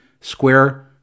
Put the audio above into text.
square